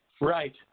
Right